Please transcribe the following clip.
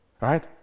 right